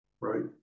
Right